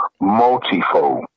multifold